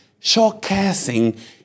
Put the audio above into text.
showcasing